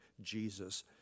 Jesus